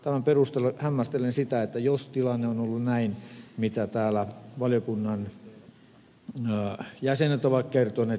tämän perusteella hämmästelen sitä jos tilanne on ollut näin mitä täällä valiokunnan jäsenet ovat kertoneet